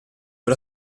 per